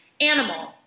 animal